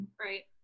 Right